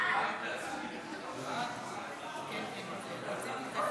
הכנסה (מס' 246) (ביטול הדרישה מילד נכה להופיע